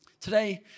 Today